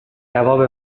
جواب